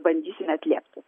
bandysime atliepti